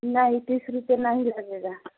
नहीं तीस रुपये नहीं लगेगा